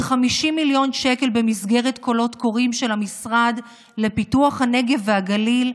50 מיליון שקל במסגרת קולות קוראים של המשרד לפיתוח הנגב והגליל,